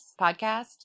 podcast